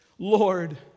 Lord